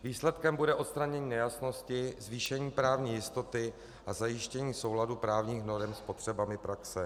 Výsledkem bude odstranění nejasnosti, zvýšení právní jistoty a zajištění souladu právních norem s potřebami praxe.